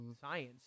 science